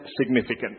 Significant